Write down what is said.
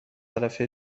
طرف